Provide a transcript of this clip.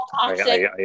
toxic